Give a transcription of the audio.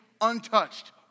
untouched